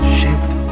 shaped